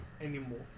anymore